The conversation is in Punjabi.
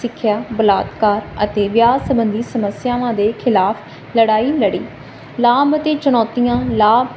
ਸਿੱਖਿਆ ਬਲਾਤਕਾਰ ਅਤੇ ਵਿਆਹ ਸਬੰਧੀ ਸਮੱਸਿਆਵਾਂ ਦੇ ਖਿਲਾਫ ਲੜਾਈ ਲੜੀ ਲਾਮ ਅਤੇ ਚੁਣੌਤੀਆਂ ਲਾਭ ਔਰ ਖਿਡਾਰੀ ਨੇ